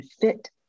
fit